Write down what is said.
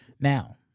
Now